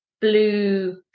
blue